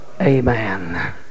amen